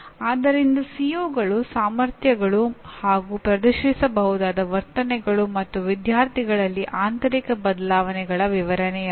ಆದ್ದರಿಂದ ಸಿಒಗಳು ಸಾಮರ್ಥ್ಯಗಳು ಹಾಗೂ ಪ್ರದರ್ಶಿಸಬಹುದಾದ ವರ್ತನೆಗಳು ಮತ್ತು ವಿದ್ಯಾರ್ಥಿಗಳಲ್ಲಿ ಆಂತರಿಕ ಬದಲಾವಣೆಗಳ ವಿವರಣೆಯಲ್ಲ